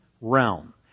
realm